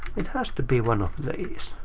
it has to be one of these.